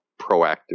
proactive